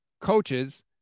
coaches